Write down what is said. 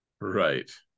right